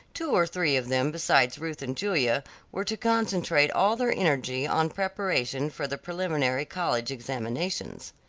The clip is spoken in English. two or three of them besides ruth and julia were to concentrate all their energy on preparation for the preliminary college examinations.